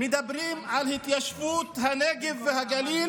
מדברים על התיישבות בנגב והגליל